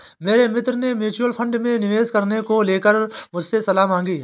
मेरे मित्र ने म्यूच्यूअल फंड में निवेश करने को लेकर मुझसे सलाह मांगी है